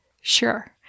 Sure